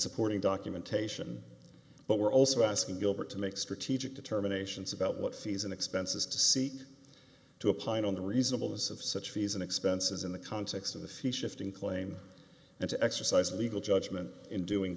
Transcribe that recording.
supporting documentation but we're also asking gilbert to make strategic determinations about what fees and expenses to seek to upon on the reasonable is of such fees and expenses in the context of the few shifting claim and to exercise legal judgment in doing